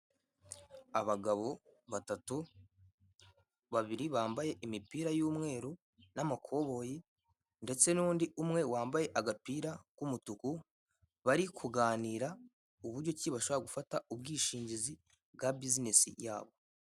Abagabo batatu babiri bambaye imipira y'umweru n'amakoboyi ndetse n'undi umwe wambaye agapira k'umutuku bari kuganira uburyo ki bashobora gufata ubwishingizi bwa bizinesi yabo.